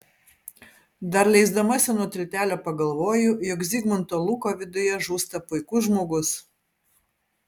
dar leisdamasi nuo tiltelio pagalvoju jog zigmundo luko viduje žūsta puikus žmogus